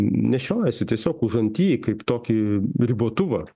nešiojasi tiesiog užanty kaip tokį ribotuvą